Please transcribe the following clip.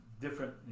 different